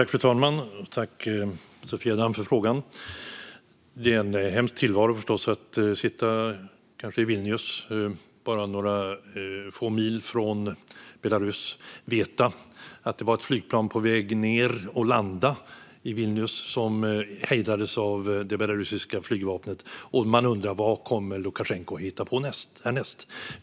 Fru talman! Tack, Sofia Damm, för frågan! Det är förstås en hemsk tillvaro att sitta kanske i Vilnius, bara några få mil från Belarus, och veta att ett flygplan på väg ned för att landa i Vilnius hejdades av det belarusiska flygvapnet. Man undrar vad Lukasjenko kommer att hitta på härnäst.